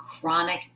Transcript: chronic